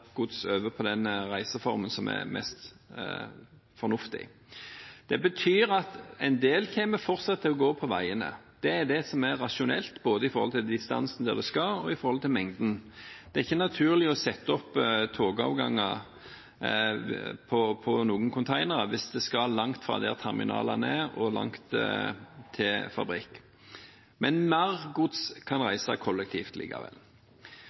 gods over på den reiseformen som er mest fornuftig. Det betyr at en del fortsatt kommer til å gå på veiene. Det er det som er rasjonelt, både med tanke på distansen dit det skal, og med tanke på mengden. Det er ikke naturlig å sette opp togavganger på noen containere hvis de skal langt fra der terminalene er, og det er langt til fabrikk. Men mer gods kan reise kollektivt likevel.